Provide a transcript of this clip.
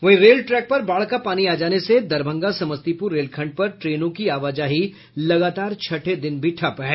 वहीं rail track पर बाढ़ का पानी आ जाने से दरभंगा समस्तीपुर रेलखंड पर ट्रेनों की आवाजाही लगातार छठे दिन भी ठप्प है